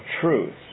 truth